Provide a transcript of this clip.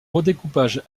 redécoupage